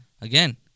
Again